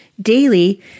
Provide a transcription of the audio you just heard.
daily